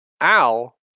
Al